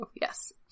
yes